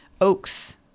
oaks